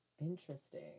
Interesting